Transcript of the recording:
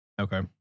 Okay